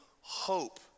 hope